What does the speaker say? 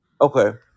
Okay